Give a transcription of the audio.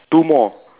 two more